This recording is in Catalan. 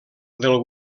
del